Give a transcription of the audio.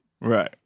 right